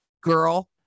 girl